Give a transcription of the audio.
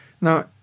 Now